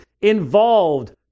involved